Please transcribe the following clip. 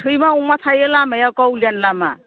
सैमा अमा थायो लामायाव गावलियानि लामा